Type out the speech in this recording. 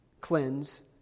cleanse